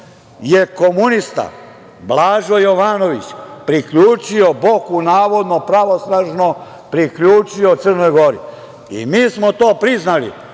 je komunista Blažo Jovanović priključio Boku, navodno pravosnažno, Crnoj Gori. Mi smo to priznali.